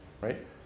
right